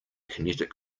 kinetic